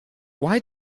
why